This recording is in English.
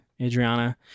adriana